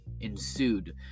ensued